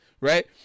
right